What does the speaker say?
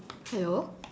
hello